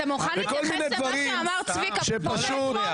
אתה מוכן להתייחס למה שאמר צביקה פוגל אתמול?